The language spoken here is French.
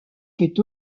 fait